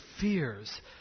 fears